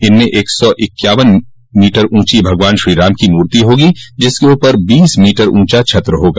इसमें एक सौ इक्यावन मीटर ऊंची भगवान श्रीराम की मूर्ति होगी जिसके ऊपर बीस मीटर ऊंचा छत्र होगा